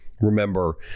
remember